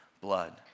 blood